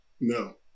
No